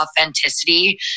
authenticity